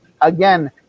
again